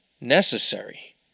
necessary